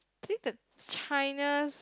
think the China